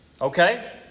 Okay